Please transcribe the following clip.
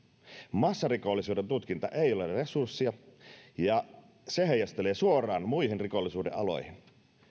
massarikollisuuden tutkintaan ei ole resursseja ja se heijastelee suoraan muihin rikollisuuden aloihin